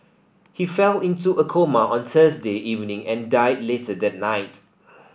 he fell into a coma on Thursday evening and died later that night